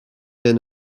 ben